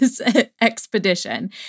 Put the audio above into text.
expedition